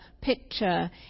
picture